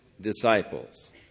disciples